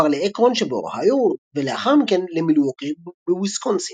הוא עבר לאקרון שבאוהיו ולאחר מכן למילווקי בוויסקונסין.